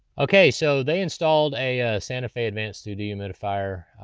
okay, so they installed a santa fe advanced two dehumidifier.